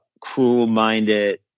cruel-minded